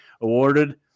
awarded